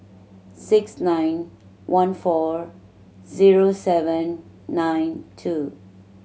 six nine one four zero seven nine two